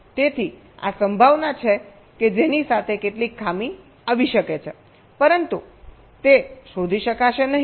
તેથી આ સંભાવના છે કે જેની સાથે કેટલીક ખામી આવી શકે છે પરંતુ તે શોધી શકાશે નહીં